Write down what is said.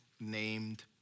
named